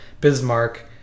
Bismarck